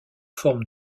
forme